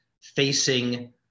facing